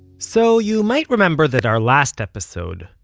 so you might remember that our last episode,